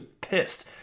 pissed